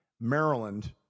Maryland